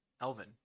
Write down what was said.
Elvin